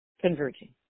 converging